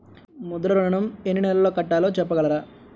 ముద్ర ఋణం ఎన్ని నెలల్లో కట్టలో చెప్పగలరా?